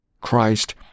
Christ